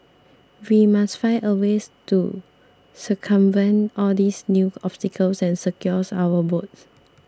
we must find a ways to circumvent all these new obstacles and secure our votes